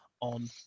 on